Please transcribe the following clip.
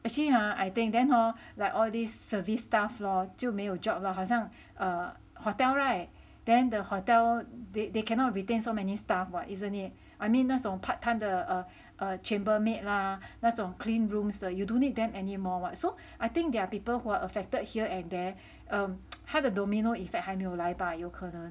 actually hor I think then hor like all this service staff lor 就没有 job lor 好像 err hotel [right] then the hotel they they cannot retain so many staff [what] isn't it I mean 那种 part time 的 err chambermaid 啦那种 clean rooms 的 you don't need them anymore [what] so I think there are people who are affected here and there um 他的 domino effect 还没有来吧有可能